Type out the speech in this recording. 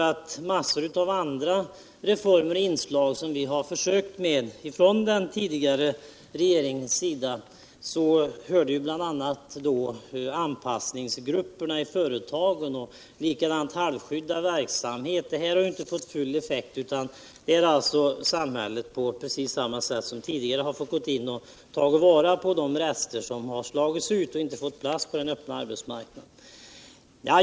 Till de andra reformer och inslag på detta område som den tidigare regeringen försökte genomföra hörde bl.a. de s.k. anpassningsgrupperna I företagen och halvskyddad verksamhet. Men det har inte blivit full ettekt äv detta, utan samhället har på precis samma Sätt som tidigare fått gå in och hjälpa dem som slagits ut från den öppna arbetsmarknaden.